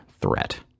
threat